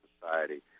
society